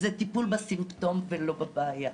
זה טיפול בסימפטום ולא בבעיה.